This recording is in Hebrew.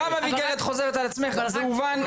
זה הובן.